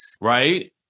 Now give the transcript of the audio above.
right